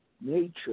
nature